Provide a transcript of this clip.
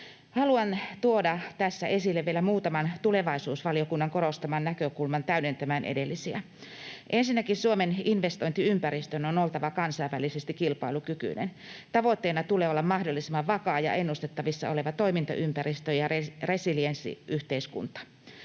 Haluan tuoda tässä esille vielä muutaman tulevaisuusvaliokunnan korostaman näkökulman täydentämään edellisiä: Ensinnäkin Suomen investointiympäristön on oltava kansainvälisesti kilpailukykyinen. Tavoitteena tulee olla mahdollisimman vakaa ja ennustettavissa oleva toimintaympäristö ja resilienssiyhteiskunta.